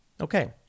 Okay